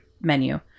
menu